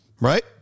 right